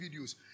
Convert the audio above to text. videos